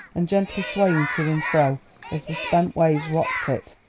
and gently swaying to and fro as the spent waves rocked it,